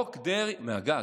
מהגג.